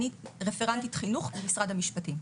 אני רפרנטית חינוך במשרד המשפטים,